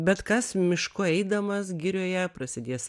bet kas mišku eidamas girioje prasidės